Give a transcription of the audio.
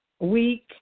week